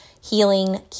healing